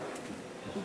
(היי-טק)